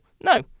No